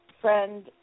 friend